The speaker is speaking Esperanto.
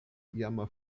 iama